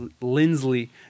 Lindsley